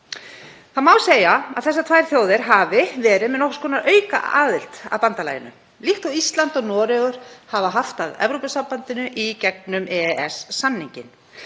Það má segja að þessar tvær þjóðir hafi verið með nokkurs konar aukaaðild að bandalaginu líkt og Ísland og Noregur hafa haft að Evrópusambandinu í gegnum EES-samninginn.